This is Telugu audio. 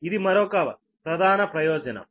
ఇది మరొక ప్రధాన ప్రయోజనం